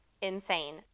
insane